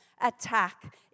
attack